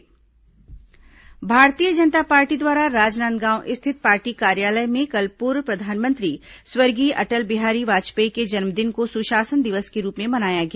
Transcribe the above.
भाजपा सुशासन दिवस भारतीय जनता पार्टी द्वारा राजनांदगांव स्थित पार्टी कार्यालय में कल पूर्व प्रधानमंत्री स्वर्गीय अटल बिहारी वाजपेयी के जन्मदिन को सुशासन दिवस के रूप में मनाया गया